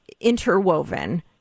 interwoven